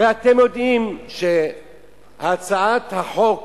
הרי אתם יודעים שהצעת החוק